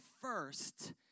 first